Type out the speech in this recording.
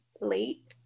late